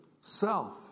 self